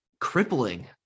crippling